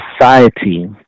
society